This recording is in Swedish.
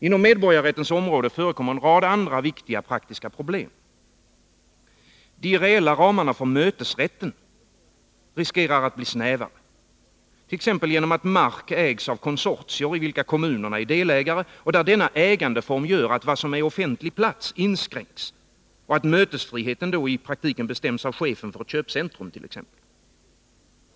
Inom medborgarrättens områden förekommer en rad andra viktiga praktiska problem. De reella ramarna för mötesrätten har blivit snävare, t.ex. genom att mark ägs av konsortier i vilka kommunerna är delägare. Denna ägandeform gör att vad som är offentlig plats inskränks och att mötesfriheten i praktiken bestäms av t.ex. chefen för ett köpcenter.